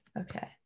Okay